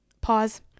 Pause